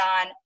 on